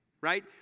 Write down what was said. Right